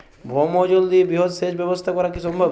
ভৌমজল দিয়ে বৃহৎ সেচ ব্যবস্থা করা কি সম্ভব?